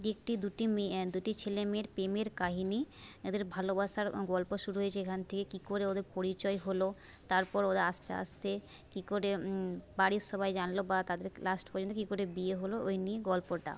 একটি দুটি মেয়ে দুটি ছেলে মেয়ের প্রেমের কাহিনি এদের ভালোবাসার গল্প শুরু হয়েছে এখান থেকে কী করে ওদের পরিচয় হল তারপর ওরা আস্তে আস্তে কী করে বাড়ির সবাই জানলো বা তাদের লাস্ট পর্যন্ত কী করে বিয়ে হল ওই নিয়ে গল্পটা